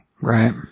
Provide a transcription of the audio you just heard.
Right